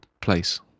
place